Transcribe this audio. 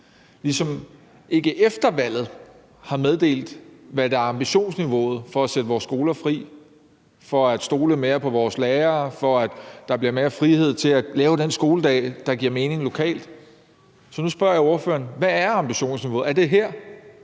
ligesom ikke har meddelt efter valget, hvad der er ambitionsniveauet for at sætte vores skoler fri; for at stole mere på vores lærere; for, at der bliver mere frihed til at lave den skoledag, der giver mening lokalt. Så nu spørger jeg ordføreren: Hvad er ambitionsniveauet? Er det nået